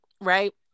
right